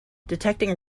detecting